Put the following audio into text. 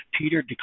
Peter